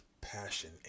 passion